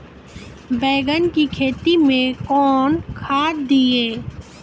बैंगन की खेती मैं कौन खाद दिए?